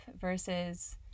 versus